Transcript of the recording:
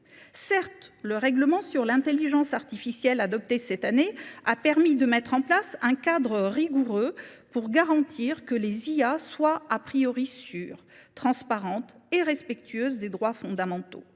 harmonisées concernant l’intelligence artificielle adopté cette année a permis de définir un cadre rigoureux pour garantir que les IA soient sûres, transparentes et respectueuses des droits fondamentaux.